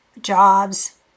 jobs